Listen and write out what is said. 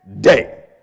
day